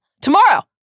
Tomorrow